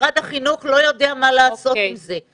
משרד החינוך לא יודע מה לעשות עם זה.